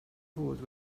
fod